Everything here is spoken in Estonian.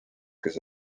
kes